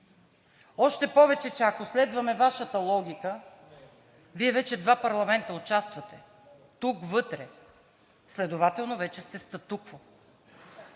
Още повече че ако следваме Вашата логика, Вие вече два парламента участвате тук вътре. Следователно вече сте статукво.